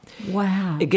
Wow